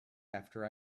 after